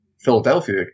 Philadelphia